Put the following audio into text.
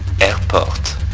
Airport